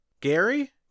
Gary